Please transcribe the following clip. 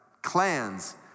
clans